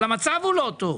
אבל המצב הוא לא טוב.